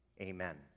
Amen